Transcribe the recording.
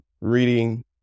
reading